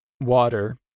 water